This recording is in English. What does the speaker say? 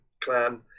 Clan